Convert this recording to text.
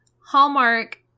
Hallmark